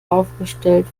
aufgestellt